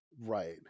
Right